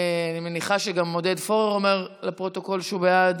אני מניחה שגם עודד פורר אומר לפרוטוקול שהוא בעד.